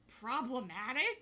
problematic